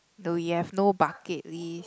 though you have no bucket list